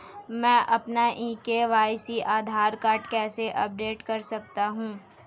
मैं अपना e KYC Aadhaar card कैसे अपडेट कर सकता हूँ?